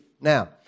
Now